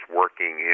working